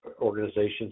organizations